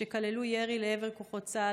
שכללו ירי לעבר כוחות צה"ל,